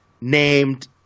named